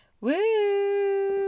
Woo